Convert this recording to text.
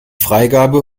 freigabe